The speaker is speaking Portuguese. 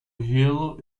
gelo